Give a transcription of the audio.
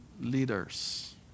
leaders